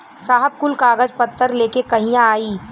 साहब कुल कागज पतर लेके कहिया आई?